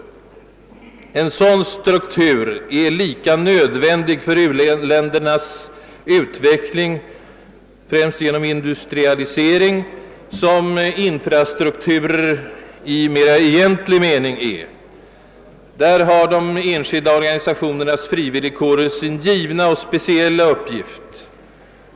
En sådan struktur är lika nödvändig vid u-ländernas industrialisering och utveckling som infrastrukturer i mera egentlig mening. Där har de enskilda organisationernas frivilligkårer sin givna och speciella uppgift.